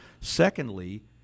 Secondly